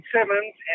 Simmons